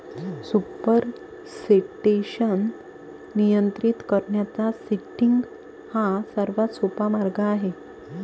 supersaturation नियंत्रित करण्याचा seeding हा सर्वात सोपा मार्ग आहे